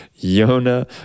Yona